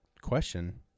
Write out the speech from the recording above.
question